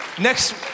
Next